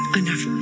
enough